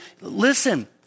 listen